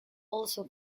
also